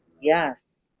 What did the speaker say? Yes